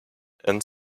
and